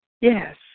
Yes